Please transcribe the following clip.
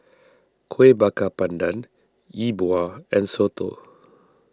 Kuih Bakar Pandan Yi Bua and Soto